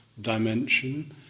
dimension